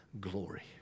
glory